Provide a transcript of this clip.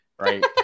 Right